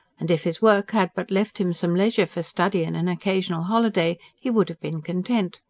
and if his work had but left him some leisure for study and an occasional holiday, he would have been content.